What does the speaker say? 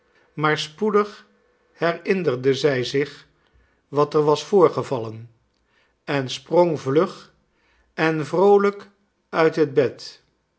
maar spoedig herinnerde zij zich wat er was voorgevallen en sprong vlug en vroolijk uit het bed